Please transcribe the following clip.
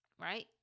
Right